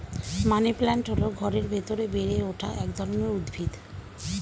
money plant হল ঘরের ভেতরে বেড়ে ওঠা এক ধরনের উদ্ভিদ